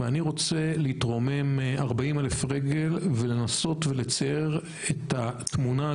אני רוצה להתרומם 40,000 רגל ולנסות ולצייר את התמונה הגדולה,